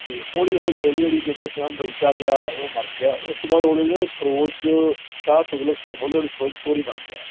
ਅਤੇ ਹੌਲੀ ਹੌਲੀ ਹੌਲੀ ਹੌਲੀ ਜਦੋਂ ਸਮਾਂ ਬੀਤਦਾ ਗਿਆ ਉਹ ਮਰ ਗਿਆ ਉਸ ਤੋਂ ਬਾਅਦ ਹੌਲੀ ਹੌਲੀ ਨਾ ਇੱਕ ਫਿਰੋਜ਼ ਸ਼ਾਹ ਤੁਗਲਕ ਤੋਂ ਹੌਲੀ ਹੌਲੀ ਫਿਰੋਜ਼ਪੁਰ ਹੀ ਬਣ ਗਿਆ